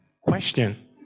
Question